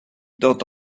tente